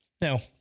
now